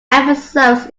episodes